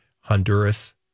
Honduras